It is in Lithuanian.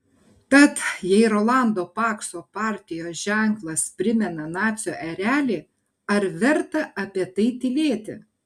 tad jei rolando pakso partijos ženklas primena nacių erelį ar verta apie tai tylėti